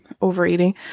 overeating